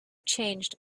changed